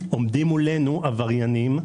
עומדים מולנו עבריינים,